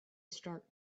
start